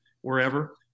wherever